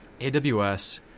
AWS